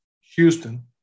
Houston